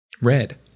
Red